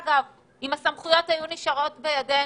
אם הסמכויות לאשר היו נשארות בידנו